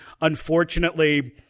unfortunately